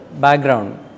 background